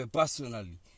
personally